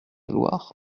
loire